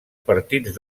partits